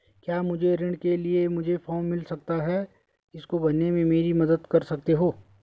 क्या मुझे ऋण के लिए मुझे फार्म मिल सकता है इसको भरने में मेरी मदद कर सकते हो?